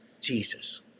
Jesus